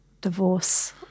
Divorce